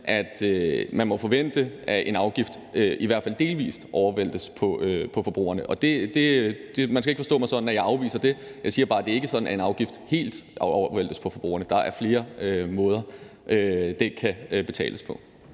at man må forvente, at en afgift i hvert fald delvis overvæltes på forbrugerne. Man skal ikke forstå mig sådan, at jeg afviser det. Jeg siger bare, at det ikke er sådan, at en afgift helt overvæltes på forbrugerne. Der er flere måder, den kan betales på.